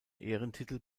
ehrentitel